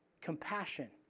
Compassion